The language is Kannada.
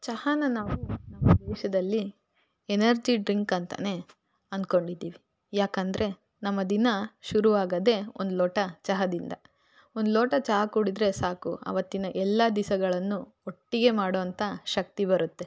ಚಹಾನ ನಾವು ನಮ್ಮ ದೇಶದಲ್ಲಿ ಎನರ್ಜಿ ಡ್ರಿಂಕ್ ಅಂತಾನೆ ಅನ್ಕೊಂಡಿದ್ದೀವಿ ಯಾಕಂದರೆ ನಮ್ಮ ದಿನ ಶುರು ಆಗೋದೇ ಒಂದು ಲೋಟ ಚಹಾದಿಂದ ಒಂದು ಲೋಟ ಚಹಾ ಕುಡಿದ್ರೆ ಸಾಕು ಅವತ್ತಿನ ಎಲ್ಲ ದಿಸಗಳನ್ನೂ ಒಟ್ಟಿಗೆ ಮಾಡುವಂತ ಶಕ್ತಿ ಬರತ್ತೆ